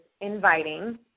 inviting